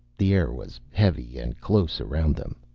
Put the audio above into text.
the air was heavy and close around them.